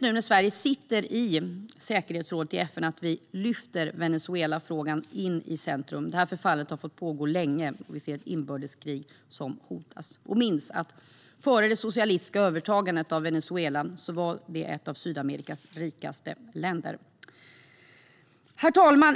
Nu när Sverige sitter i FN:s säkerhetsråd är det viktigt att vi lyfter upp Venezuelafrågan i centrum. Detta förfall har fått pågå länge, och vi ser ett hotande inbördeskrig. Minns att Venezuela, före det socialistiska övertagandet, var ett av Sydamerikas rikaste länder! Herr talman!